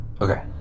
Okay